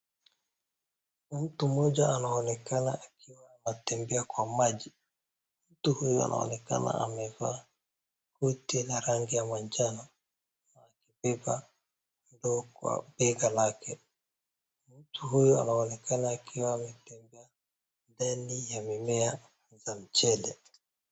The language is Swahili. Mtu mmoja naonekana akiwa anatembea kwa maji, mtu huyu anaonekana amevaa koti la rangi ya manjano huku akibeba ndoo kwa bega lake, mtu huyu anaonekana akiwa ametembea ndani ya mimea za mchele.